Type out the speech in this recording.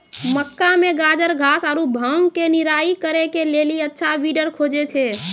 मक्का मे गाजरघास आरु भांग के निराई करे के लेली अच्छा वीडर खोजे छैय?